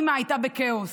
האימא הייתה בכאוס.